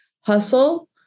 hustle